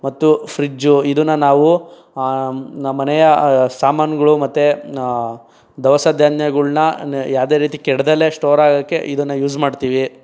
ಮತ್ತು ಫ್ರಿಜ್ಜು ಇದನ್ನ ನಾವು ನಮ್ಮನೆಯ ಸಾಮಾನುಗಳು ಮತ್ತು ದವಸ ಧಾನ್ಯಗಳನ್ನ ಯಾವುದೇ ರೀತಿ ಕೆಡದಲೇ ಸ್ಟೋರ್ ಆಗಕ್ಕೆ ಇದನ್ನ ಯೂಸ್ ಮಾಡ್ತೀವಿ